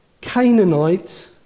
Canaanite